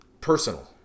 personal